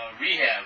rehab